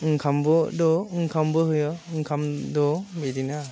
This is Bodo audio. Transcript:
ओंखामबो दो ओंखामबो होयो ओंखामजों बिदिनो